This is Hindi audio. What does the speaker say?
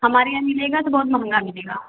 हमारे यहाँ मिलेगा तो बहुत महंगा मिलेगा